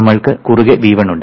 നമ്മൾക്ക് കുറുകെ V1 ഉണ്ട്